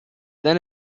then